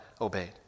obeyed